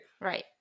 Right